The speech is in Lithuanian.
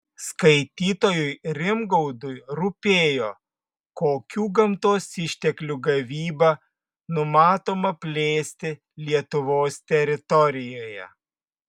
skaitytojui rimgaudui rūpėjo kokių gamtos išteklių gavybą numatoma plėsti lietuvos teritorijoje